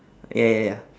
oh ya ya